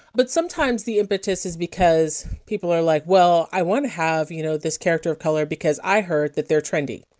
but sometimes, the impetus is because people are like, well, i want to have, you know, this character of color because i heard that they're trendy.